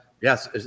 yes